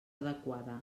adequada